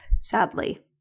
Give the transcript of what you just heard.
sadly